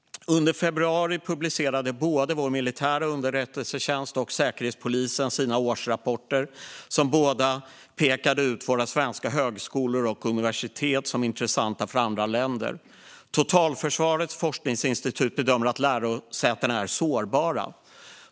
Under februari publicerade både vår militära underrättelsetjänst och Säkerhetspolisen sina årsrapporter, som båda pekade ut våra svenska högskolor och universitet som intressanta för andra länder. Totalförsvarets forskningsinstitut bedömer att lärosätena är sårbara.